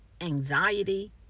anxiety